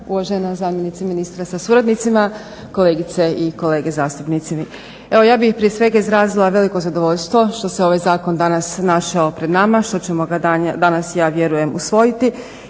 uvažena zamjenice ministra sa suradnicima, kolegice i kolege zastupnici. Evo ja bih prije svega izrazila veliko zadovoljstvo što se ovaj zakon danas našao pred nama, što ćemo ga danas ja vjerujem usvojiti